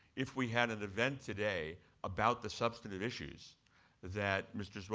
if we had an event today about the substantive issues that mr. so